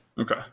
Okay